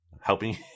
helping